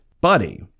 buddy